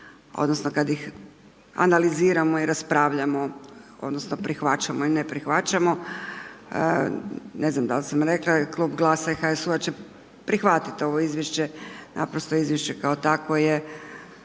odnosno kad ih analiziramo i raspravljamo odnosno prihvaćamo i ne prihvaćamo. Ne znam dal sam rekla Klub GLAS-a i HSU-u će prihvatit ovo izvješće, naprosto izvješće kao takvo je,